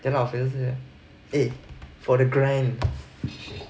then obviously eh for the grand